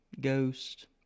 ghost